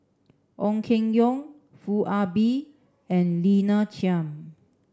Ong Keng Yong Foo Ah Bee and Lina Chiam